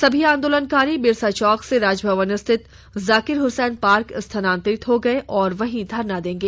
सभी आंदोलनकारी बिरसा चौक से राजभवन स्थित जाकिर हुसैन पार्क स्थानांतरित हो गए और वहीं धरना देंगे